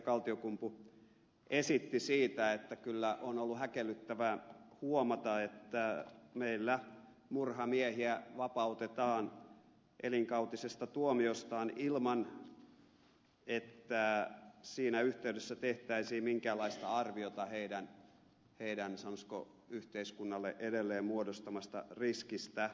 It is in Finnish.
kaltiokumpu esitti siitä että kyllä on ollut häkellyttävää huomata että meillä murhamiehiä vapautetaan elinkautisesta tuomiostaan ilman että siinä yhteydessä tehtäisiin minkäänlaista arviota heidän sanoisiko yhteiskunnalle edelleen muodostamastaan riskistä